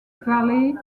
valley